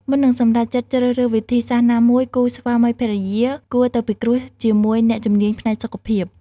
មុននឹងសម្រេចចិត្តជ្រើសរើសវិធីសាស្ត្រណាមួយ គូស្វាមីភរិយាគួរទៅពិគ្រោះជាមួយអ្នកជំនាញផ្នែកសុខភាព។